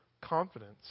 confidence